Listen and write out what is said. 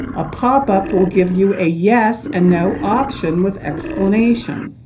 a pop-up will give you a yes and no option with explanation.